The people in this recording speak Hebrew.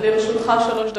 לרשותך שלוש דקות,